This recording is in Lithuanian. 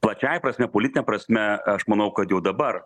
pačiąja prasme politine prasme aš manau kad jau dabar